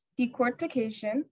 decortication